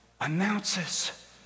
announces